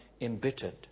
embittered